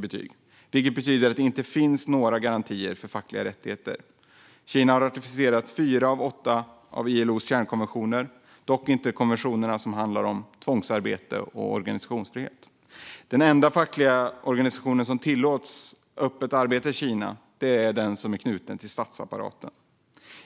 betyg 5, vilket betyder att det inte finns några garantier för fackliga rättigheter. Kina har ratificerat fyra av ILO:s åtta kärnkonventioner, dock inte konventionerna som handlar om tvångsarbete och organisationsfrihet. Den enda fackliga organisation som tillåts arbeta öppet i Kina är den som är knuten till statsapparaten.